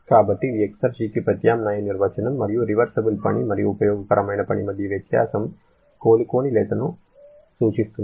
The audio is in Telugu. కాబట్టి ఇది ఎక్సెర్జికి ప్రత్యామ్నాయ నిర్వచనం మరియు రివర్సిబుల్ పని మరియు ఉపయోగకరమైన పని మధ్య వ్యత్యాసం కోలుకోలేనితను సూచిస్తుంది